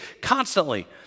constantly